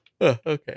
Okay